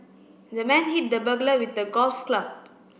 the man hit the burglar with the golf club